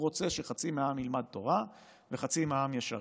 הוא רוצה שחצי מהעם ילמד תורה וחצי מהעם ישרת.